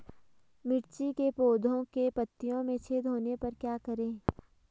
मिर्ची के पौधों के पत्तियों में छेद होने पर क्या करें?